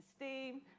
esteem